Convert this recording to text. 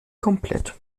komplett